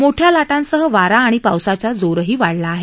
मोठ्या लाटांसंह वारा आणि पावसाचा जोरही वाढला आहे